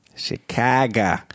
Chicago